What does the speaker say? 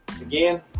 again